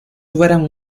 fueran